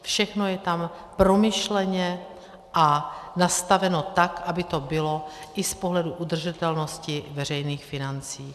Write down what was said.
Všechno je tam promyšleně nastaveno tak, aby to bylo i z pohledu udržitelnosti veřejných financí.